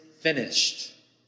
finished